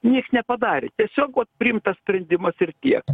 nieks nepadarė tiesiog vat priimtas sprendimas ir tiek